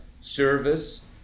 service